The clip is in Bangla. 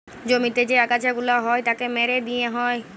জমিতে যে আগাছা গুলা হ্যয় তাকে মেরে দিয়ে হ্য়য়